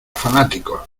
fanáticos